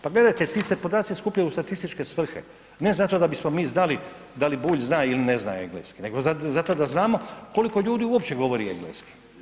Pa gledajte, ti se podaci skupljaju u statističke svrhe, ne zato da bismo mi znali da li Bulj zna ili ne zna engleski nego zato da znamo koliko ljudi uopće govori engleski.